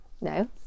no